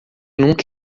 nunca